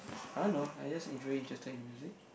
I don't know I just am truly interested music